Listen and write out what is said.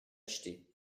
acheté